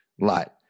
light